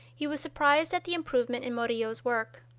he was surprised at the improvement in murillo's work.